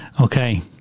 Okay